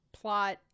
plot